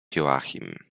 joachim